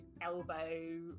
elbow